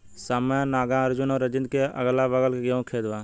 सौम्या नागार्जुन और रंजीत के अगलाबगल गेंहू के खेत बा